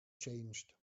changed